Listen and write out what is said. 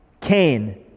Cain